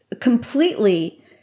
completely